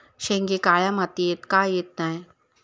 शेंगे काळ्या मातीयेत का येत नाय?